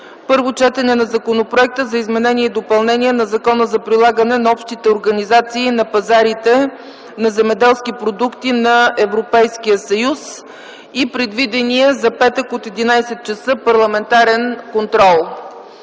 Първо четене на Законопроекта за изменение и допълнение на Закона за прилагане на Общите организации на пазарите на земеделски продукти на Европейския съюз. Парламентарен контрол.